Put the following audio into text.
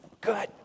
good